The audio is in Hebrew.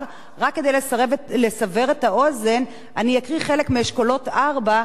רק כדי לסבר את האוזן אני אקריא חלק מאשכול 4 כדי